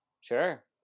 Sure